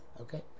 Okay